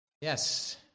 Yes